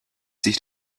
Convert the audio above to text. sich